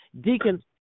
Deacon